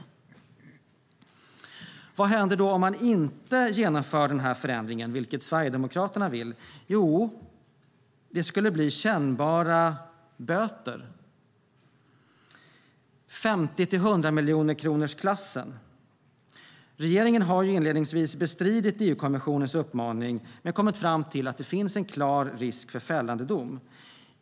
Men vad skulle hända om man inte genomför den här förändringen, vilket Sverigedemokraterna vill? Jo, det skulle bli kännbara böter, i 50-100-miljonerkronorsklassen. Regeringen har inledningsvis bestridit EU-kommissionens uppmaning men kommit fram till att det finns en klar risk för fällande dom.